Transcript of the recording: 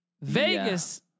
Vegas